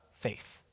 faith